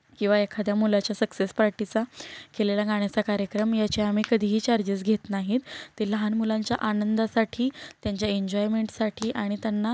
किंवा एखाद्या मुलाच्या सक्सेस पार्टीचा केलेला गाण्याचा कार्यक्रम याचे आम्ही कधीही चार्जेस घेत नाही ते लहान मुलांच्या आनंदासाठी त्यांच्या एन्जॉयमेंटसाठी आणि त्यांना